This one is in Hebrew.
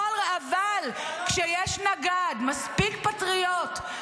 על מי את מדברת?